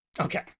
Okay